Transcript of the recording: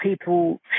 people